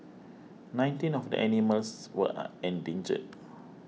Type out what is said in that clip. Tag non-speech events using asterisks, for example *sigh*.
nineteen of the animals were *hesitation* endangered